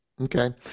Okay